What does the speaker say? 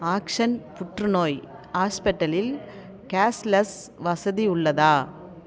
action புற்றுநோய் ஹாஸ்பிட்டலில் cashless வசதி உள்ளதா